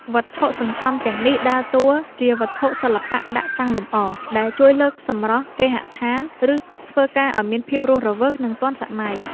វត្ថុសន្សំទាំងនេះដើរតួជា វត្ថុសិល្បៈដាក់តាំងលម្អ ដែលជួយលើកសម្រស់គេហដ្ឋាន ឬតុធ្វើការឱ្យមានភាពរស់រវើក និងទាន់សម័យ។